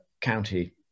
county